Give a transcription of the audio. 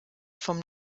vom